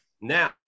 Now